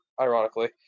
ironically